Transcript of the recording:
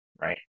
Right